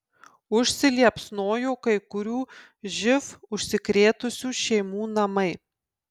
užsiliepsnojo kai kurių živ užsikrėtusių šeimų namai